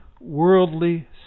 worldly